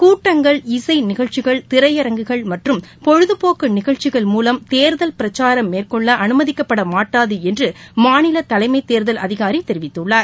கூட்டங்கள் இசை நிகழ்ச்சிகள் திரையரங்குகள் மற்றும் பொழுதுபோக்கு நிகழ்ச்சிகள் மூலம் தேர்தல் பிரச்சாரம் மேற்கொள்ள அனுமதிக்கப்பட மாட்டாது என்று மாநில தலைமைத் தேர்தல் அதிகாரி தெரிவித்துள்ளார்